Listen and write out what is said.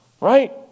right